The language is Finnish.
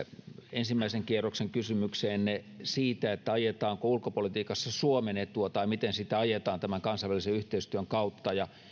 ensimmäisen kierroksen kysymykseenne siitä ajetaanko ulkopolitiikassa suomen etua tai miten sitä ajetaan tämän kansainvälisen yhteistyön kautta